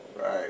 Right